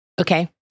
Okay